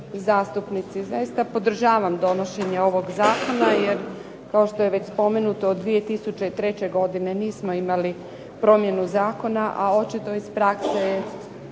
Zaista podržavam donošenje ovog zakona jer kao što je već spomenuto od 2003. godine nismo imali promjenu zakona, a očito se iz prakse se